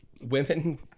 women